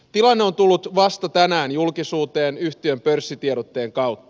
tilanne on tullut vasta tänään julkisuuteen yhtiön pörssitiedotteen kautta